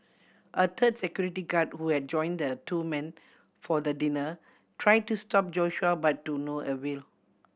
a third security guard who had joined the two men for the dinner try to stop Joshua but to no avail